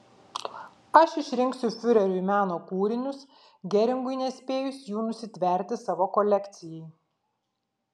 aš išrinksiu fiureriui meno kūrinius geringui nespėjus jų nusitverti savo kolekcijai